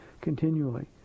continually